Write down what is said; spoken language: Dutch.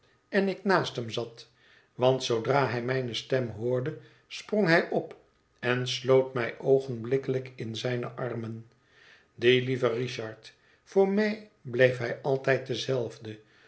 en ik naast hem zat want zoodra hij mijne stem hoorde sprong hij op en sloot mij oogenblikkelij k in zijne armen die lieve richard voor mij bleef hij altijd dezelfde